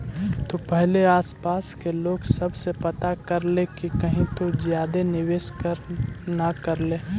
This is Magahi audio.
तु पहिले आसपास के लोग सब से पता कर ले कि कहीं तु ज्यादे निवेश न कर ले